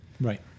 Right